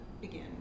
begin